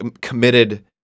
committed